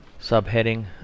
Subheading